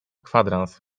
kwadrans